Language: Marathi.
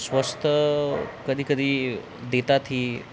स्वस्त कधीकधी देतात ही